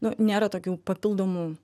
nu nėra tokių papildomų